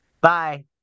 Bye